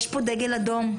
יש פה דגל אדום.